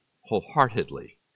wholeheartedly